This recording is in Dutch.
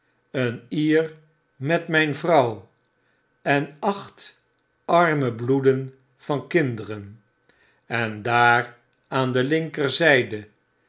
een ier met myn vrouw en acht arme bloeden van kinderen en daar aan de linkerzyde